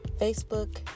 Facebook